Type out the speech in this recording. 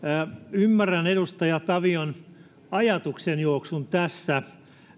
ymmärrän edustaja tavion ajatuksenjuoksun tässä